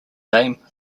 dame